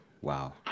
Wow